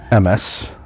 MS